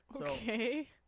Okay